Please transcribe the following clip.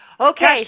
Okay